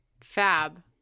Fab